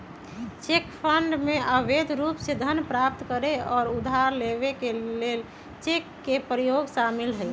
cheque fraud में अवैध रूप से धन प्राप्त करे आऽ उधार लेबऐ के लेल चेक के प्रयोग शामिल हइ